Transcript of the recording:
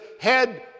head